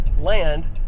land